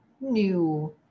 new